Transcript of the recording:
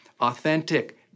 authentic